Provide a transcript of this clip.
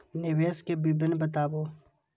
निवेश के विवरण बताबू?